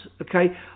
okay